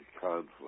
conflict